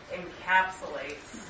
encapsulates